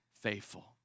faithful